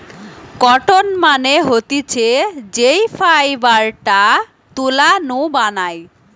cotton মানে হতিছে যেই ফাইবারটা তুলা নু বানায়